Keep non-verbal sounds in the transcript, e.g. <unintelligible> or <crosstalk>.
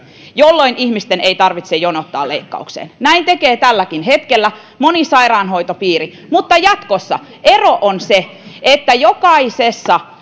jolloin ihmisten ei tarvitse jonottaa leikkaukseen näin tekee tälläkin hetkellä moni sairaanhoitopiiri mutta jatkossa ero on se että jokaisessa <unintelligible>